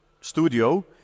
studio